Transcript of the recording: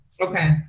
okay